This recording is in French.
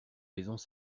maisons